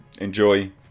enjoy